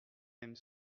même